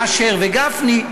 אשר וגפני.